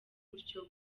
gutyo